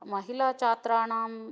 महिलाछात्राणां